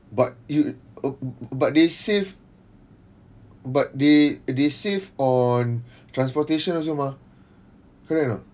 but you uh but they save but they they save on transportation also mah correct or not